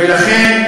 ולכן